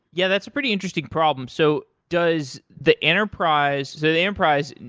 yeah, that's a pretty interesting problem. so does the enterprise the enterprise,